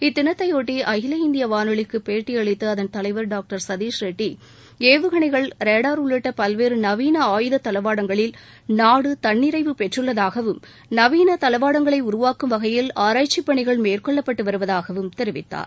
இத்தினத்தையொட்டி அகில இந்திய வானொலிக்கு பேட்டியளிடத்த அதன் தலைவர் டாக்டர் சதீஷ்ரெட்டி ச ஏவுகணைகள் ரேடார் உள்ளிட்ட பல்வேறு நவீன ஆயுத தளவாடங்களில் நாடு தன்னிறைவு பெற்றுள்ளதாகவும் நவீன தளவாடங்களை உருவாக்கும் வகையில் ஆராய்ச்சி பணிகள் மேற்கொள்ளப்பட்டு வருவதாகவும் தெரிவித்தார்